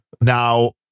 now